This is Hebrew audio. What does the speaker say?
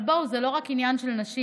אבל בואו, זה לא רק עניין של נשים.